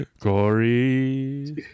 Corey